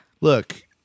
Look